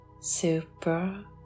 super